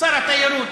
שר התיירות?